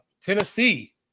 Tennessee